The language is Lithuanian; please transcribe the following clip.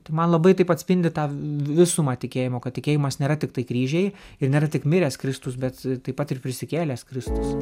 tai man labai taip atspindi tą visumą tikėjimo kad tikėjimas nėra tiktai kryžiai ir nėra tik miręs kristus bet taip pat ir prisikėlęs kristus